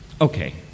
Okay